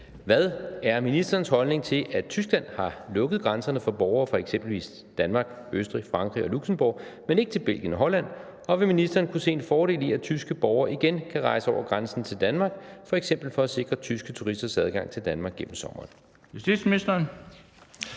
Hvad er ministerens holdning til, at Tyskland har lukket grænserne for borgere fra eksempelvis Danmark, Østrig, Frankrig og Luxembourg, men ikke til Belgien og Holland, og vil ministeren kunne se en fordel i, at tyske borgere igen kan rejse over grænsen til Danmark, f.eks. for at sikre tyske turisters adgang til Danmark gennem sommeren? Kl. 13:21 Den